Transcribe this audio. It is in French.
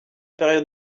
période